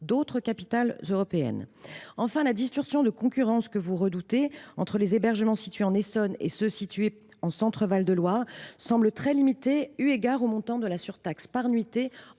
d’autres capitales européennes. Enfin, la distorsion de concurrence que vous redoutez, entre les hébergements situés en Essonne et ceux qui sont situés en région Centre Val de Loire, semble très limitée eu égard au montant de la surtaxe par nuitée,